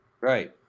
right